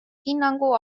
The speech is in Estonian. hinnangu